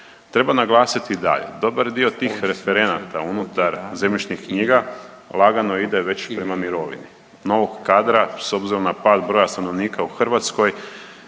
Treba naglasiti dalje, dobar dio tih referenata unutar zemljišnih knjiga lagano ide već prema mirovini. Novog kadra s obzirom na pad broja stanovnika u Hrvatskoj